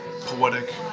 poetic